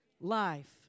life